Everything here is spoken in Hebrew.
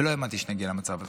לא האמנתי שנגיע למצב הזה.